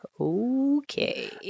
okay